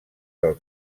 del